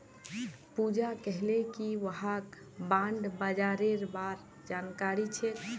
पूजा कहले कि वहाक बॉण्ड बाजारेर बार जानकारी छेक